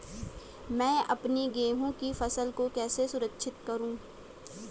मैं अपनी गेहूँ की फसल को कैसे सुरक्षित करूँ?